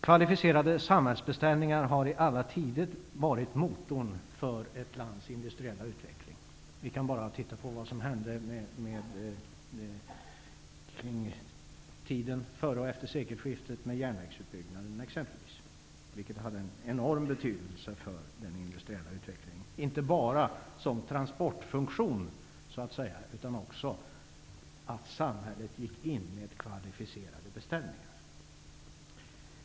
Kvalificerade samhällsbeställningar har i alla tider varit motorn för ett lands industriella utveckling. Vi kan bara titta på vad som hände vid tiden före och efter sekelskiftet med järnvägsutbyggnaden. Den hade en enorm betydelse för den industriella utvecklingen, inte bara som transportfunktion, utan också genom att samhället gick in med kvalificerade beställningar.